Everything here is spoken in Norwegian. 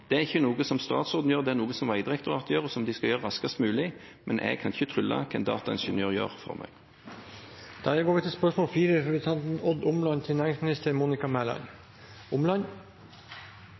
Det er ikke noe som statsråden gjør, det er noe som Vegdirektoratet gjør, og som de skal gjøre raskest mulig. Men jeg kan ikke trylle når det gjelder hva en dataingeniør gjør framover. Jeg ønsker å stille følgende spørsmål